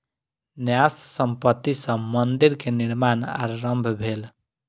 न्यास संपत्ति सॅ मंदिर के निर्माण आरम्भ भेल